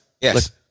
Yes